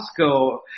Costco